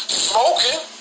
smoking